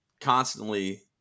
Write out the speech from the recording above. constantly –